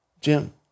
Jim